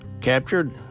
captured